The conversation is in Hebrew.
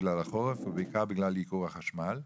בגלל החורף ובעיקר בגלל ייקור החשמל.